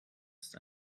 ist